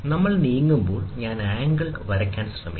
നമ്മൾ നീങ്ങുമ്പോൾ ഞാൻ ആംഗിൾ വരയ്ക്കാൻ ശ്രമിക്കും